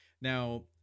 now